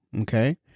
okay